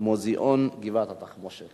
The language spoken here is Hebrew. -התחמושת